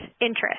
interest